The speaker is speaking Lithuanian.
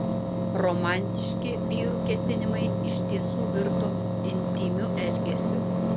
romantiški vyrų ketinimai iš tiesų virto intymiu elgesiu